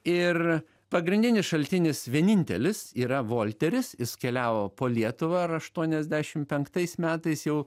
ir pagrindinis šaltinis vienintelis yra volteris jis keliavo po lietuvą ar aštuoniasdešim penktais metais jau